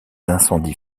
incendies